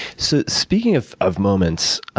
so speaking of of moments,